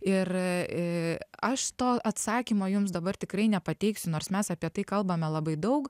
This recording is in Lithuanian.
ir i aš to atsakymo jums dabar tikrai nepateiksiu nors mes apie tai kalbame labai daug